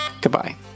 Goodbye